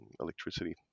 electricity